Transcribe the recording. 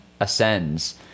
ascends